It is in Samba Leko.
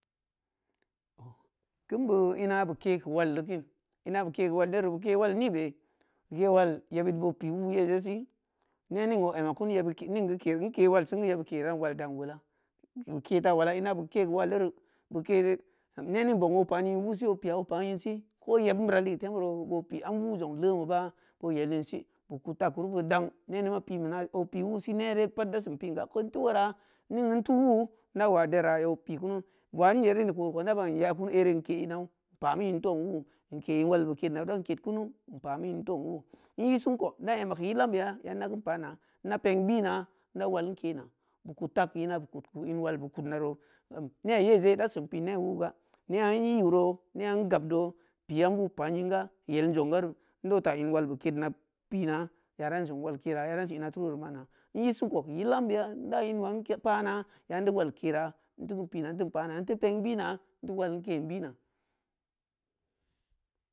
Kin beu ina beu ke keu wal de kin ina beu kekeu wal yeru beu ke keu wal nibei i kewal yebeud boo pi wuu ye je si ne ning o ema kunu yebbeud ke ning geu in ke wal seng geu yebbeud ken dan wal dan wola inketa wala ina beu ke keu wal yeri beu keiri ne ning bong o pan in wuuse o piya o pan in wusi ko yebm beura ligeu temuro bo pi am wuu jong lee meb’a boo yel in si beu kudta keu kuru beu dang nening ma pinbe na opi wuu si nere pat da sin pin ga tu wora ning geu in teu wuu ina wa dera ya o pikunu wa in yeddini keu o koh ida ban o yakunu ane in ke inau in pa meu in teu ong wuu in ke in walbe kedna dan kedkunu in pameu in teu ong wuu in ke in sen koh ida ema keu yil ambeya yanda keun pana in da peng bina ida wal kena beu kudta keu ina beu kud keu in walbe kudnaro neyeze dasin pin ne wuuga neya eiro neya in gabdo pi am wuu pan in ga yel jong garu idauta in walbe kedna pina ya dansi wal kera ya dansi ina turu wori reu mana in ei senkoh keu yil ambeya inda in wan ke pana yanda wal kera in teu beu pina in teun pana in teu peng bina in teu wal kein bina